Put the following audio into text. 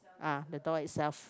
ah the door itself